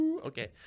okay